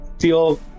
feel